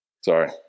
sorry